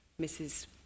Mrs